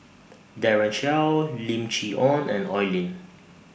Daren Shiau Lim Chee Onn and Oi Lin